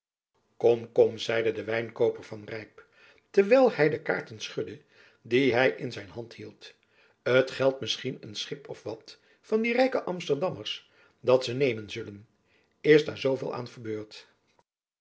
kom kom zeide de wijnkooper van rijp terwijl hy de kaarten schudde die hy in zijn hand hield t geldt misschien een schip of wat van die rijke amsterdammers dat ze nemen zullen is daar zooveel aan verbeurd